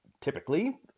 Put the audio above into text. typically